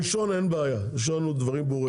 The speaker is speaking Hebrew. הראשון אין בעיה, הראשון הוא דברים ברורים.